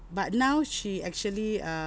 but now she actually err